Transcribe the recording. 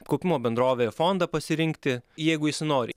kaupimo bendrovę ir fondą pasirinkti jeigu jis nori